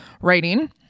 writing